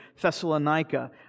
Thessalonica